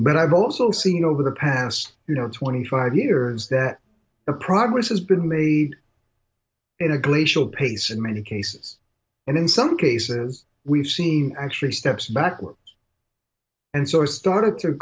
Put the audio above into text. but i've also seen over the past you know twenty five years that the progress has been made in a glacial pace in many cases and in some cases we've seen actually steps backward and sore started to